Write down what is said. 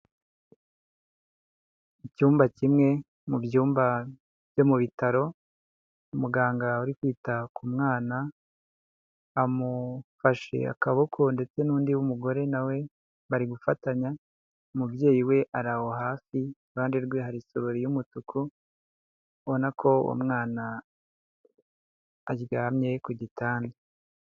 Icyumba kimwe mu byumba byo mu bitaro, umuganga uri kwita ku mwana amufashe akaboko ndetse n'undi mugore nawe we bari gufatanya, umubyeyi we ari aho hafi, iruhande rwe hari isorori y'umutuku ubona ko uwo mwana aryamye ku gitanda.